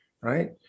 right